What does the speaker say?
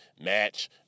match